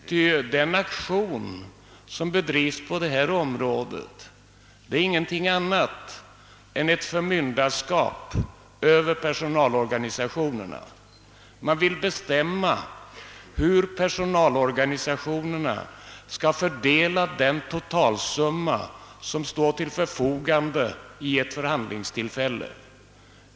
Den aktion som bedrives på detta område är ingenting annat än ett förmyndarskap över personalorganisationerna. Man vill bestämma hur dessa skall fördela den totala summa som står till förfogande vid ett förhandlingstillfälle.